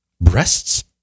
breasts